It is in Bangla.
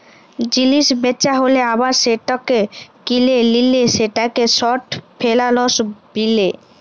জিলিস বেচা হ্যালে আবার সেটাকে কিলে লিলে সেটাকে শর্ট ফেলালস বিলে